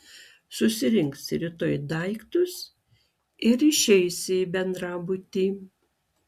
susirinksi rytoj daiktus ir išeisi į bendrabutį